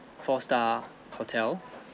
four star hotel